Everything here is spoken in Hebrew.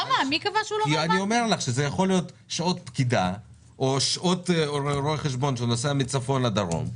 זה יכול להיות שעות של פקידה או שעות של רואה חשבון שנוסע מהצפון לדרום,